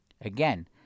Again